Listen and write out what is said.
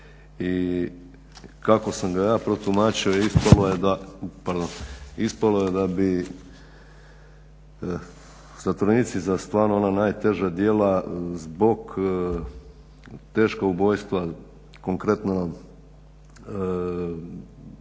i kako sam ga ja protumačio ispalo je da bi zatvorenici za stvarno ona najteža djela zbog teškog ubojstva, konkretno Miljenko